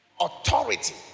authority